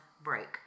break